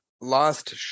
lost